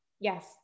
Yes